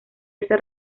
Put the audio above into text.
esa